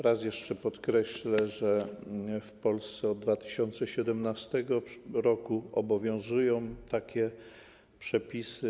Raz jeszcze podkreślę, że w Polsce od 2017 r. obowiązują takie przepisy.